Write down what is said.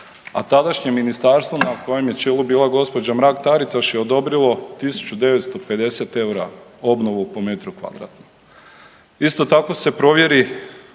a tadašnje ministarstvo na kojem je čelu bila gospođa Mrak Taritaš je odobrilo 1.950 EUR-a obnovu po metru kvadratnom. Isto tako se provjeri